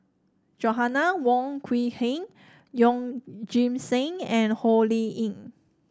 Joanna Wong Quee Heng Yeoh Ghim Seng and Ho Lee Ling